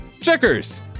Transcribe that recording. Checkers